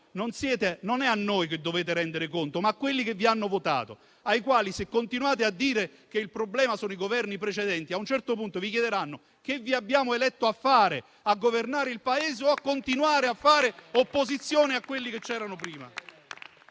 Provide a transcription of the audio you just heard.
non a noi dovete rendere conto, ma a quelli che vi hanno votato, ai quali, se continuate a dire che il problema sono i Governi precedenti, a un certo punto vi chiederanno che vi hanno eletto a fare: a governare il Paese o a continuare a fare opposizione a quelli che c'erano prima?